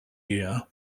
year